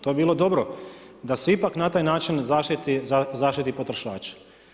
To bi bilo dobro da se ipak na taj način zaštititi potrošač.